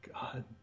God